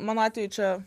mano atveju čia